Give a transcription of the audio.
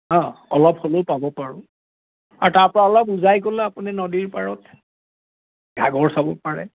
অঁ অলপ হ'লেও পাব পাৰোঁ আৰু তাৰপৰা অলপ উজাই গ'লে আপুনি নদীৰ পাৰত ঘাগৰ চাব পাৰে